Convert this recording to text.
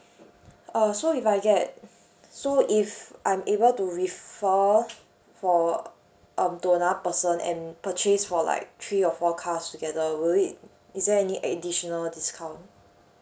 uh so if I get so if I'm able to refer for um to another person and purchase for like three or four cars together will it is there any additional discount